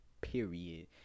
Period